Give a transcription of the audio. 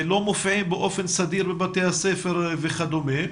לא מופיעים באופן סדיר בבתי הספר וכדומה,